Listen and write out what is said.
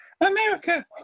America